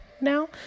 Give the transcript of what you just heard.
now